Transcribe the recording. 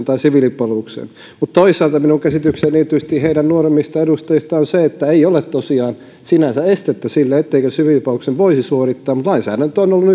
tai siviilipalvelukseen mutta toisaalta minun käsitykseni erityisesti heidän nuoremmista edustajistaan on se että ei ole tosiaan sinänsä estettä sille etteikö siviilipalveluksen voisi suorittaa mutta kun lainsäädäntö on ollut